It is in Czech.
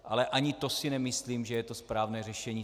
Ale ani to si nemyslím, že je to správné řešení.